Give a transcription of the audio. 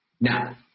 Now